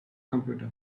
computer